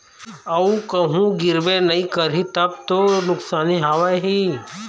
अऊ कहूँ गिरबे नइ करही तब तो नुकसानी हवय ही